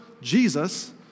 Jesus